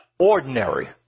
Ordinary